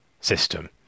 system